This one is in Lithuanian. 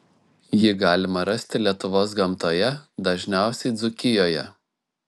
jį galima rasti lietuvos gamtoje dažniausiai dzūkijoje